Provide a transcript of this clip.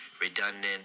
redundant